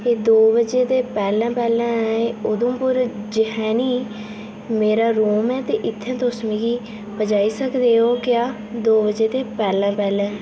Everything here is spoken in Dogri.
एह् दो बजे दे पैह्लें पैह्लें उधमपुर जखैनी मेरा रूम ऐ ते इत्थें तुस मिकी पजाई सकदे ओ क्या दो बजे दे पैह्लें पैह्लें